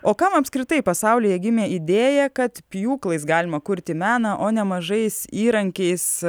o kam apskritai pasaulyje gimė idėja kad pjūklais galima kurti meną o ne mažais įrankiais